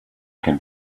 can